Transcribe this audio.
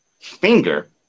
finger